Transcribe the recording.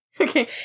Okay